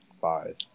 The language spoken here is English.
five